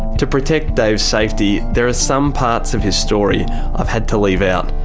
to protect dave's safety, there are some parts of his story i've had to leave out.